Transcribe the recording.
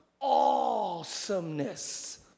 awesomeness